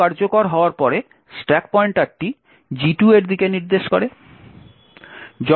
pop কার্যকর হওয়ার পরে স্ট্যাক পয়েন্টারটি G2 এর দিকে নির্দেশ করে